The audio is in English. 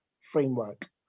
framework